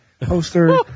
poster